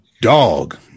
dog